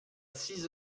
six